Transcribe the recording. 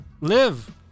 live